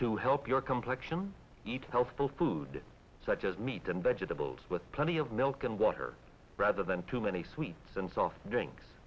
to help your complexion eat healthful food such as meat and vegetables with plenty of milk and water rather than too many sweets and soft drinks